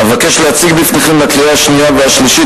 אבקש להציג בפניכם לקריאה השנייה והשלישית